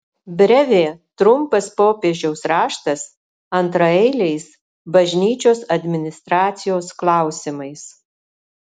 brevė trumpas popiežiaus raštas antraeiliais bažnyčios administracijos klausimais